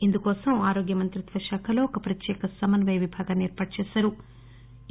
ఇందుకోసం ఆరోగ్య మంత్రిత్వ శాఖలో ఒక ప్రత్యేక సమన్వయ విభాగాన్ని ఏర్పాటు చేశారు